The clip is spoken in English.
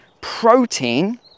protein